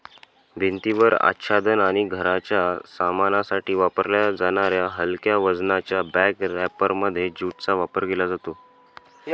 भिंतीवर आच्छादन आणि घराच्या सामानासाठी वापरल्या जाणाऱ्या हलक्या वजनाच्या बॅग रॅपरमध्ये ज्यूटचा वापर केला जातो